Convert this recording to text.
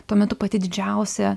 tuo metu pati didžiausia